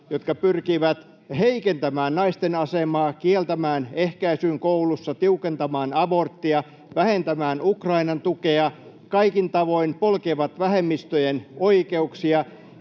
jotka pyrkivät heikentämään naisten asemaa, kieltämään ehkäisyn koulussa, tiukentamaan aborttia, vähentämään Ukrainan tukea, jotka kaikin tavoin polkevat vähemmistöjen oikeuksia.